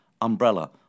umbrella